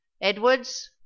Edwards